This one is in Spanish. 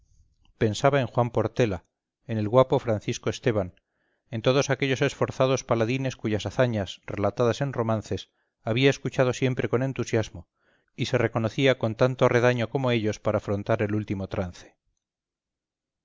pensaba en juan portela en el guapo francisco esteban en todos aquellos esforzados paladines cuyas hazañas relatadas en romances había escuchado siempre con entusiasmo y se reconocía con tanto redaño como ellos para afrontar el último trance